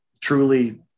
truly